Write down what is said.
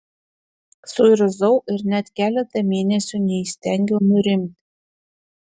suirzau ir net keletą mėnesių neįstengiau nurimti